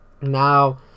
now